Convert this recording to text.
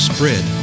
Spread